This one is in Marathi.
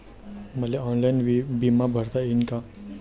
मले ऑनलाईन बिमा भरता येईन का?